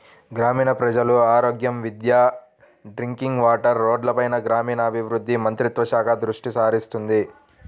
గ్రామీణ ప్రజల ఆరోగ్యం, విద్య, డ్రింకింగ్ వాటర్, రోడ్లపైన గ్రామీణాభివృద్ధి మంత్రిత్వ శాఖ దృష్టిసారిస్తుంది